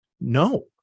No